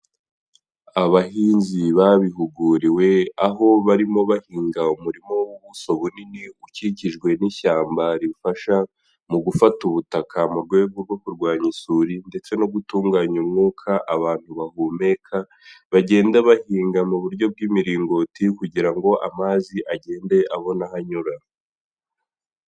Abahinzi babihuguriwe aho barimo bahinga umurima w'ubuso bunini, ukikijwe n'ishyamba rifasha mu gufata ubutaka mu rwego rwo kurwanya isuri ndetse no gutunganya umwuka abantu bahumeka, bagenda bahinga mu buryo bw'imiringoti kugira ngo amazi agende abona aho anyura.